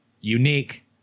unique